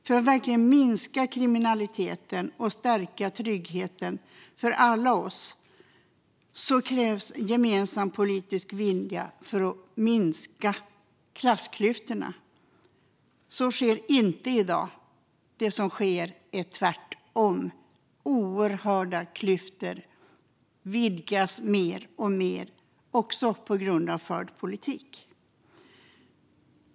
För att verkligen minska kriminaliteten och stärka tryggheten för oss alla krävs en gemensam politisk vilja att minska klassklyftorna. De minskar inte i dag, utan det som sker är det motsatta: oerhörda klyftor som vidgas mer och mer - också på grund av förd politik.